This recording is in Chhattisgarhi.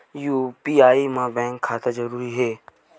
यू.पी.आई मा बैंक खाता जरूरी हे?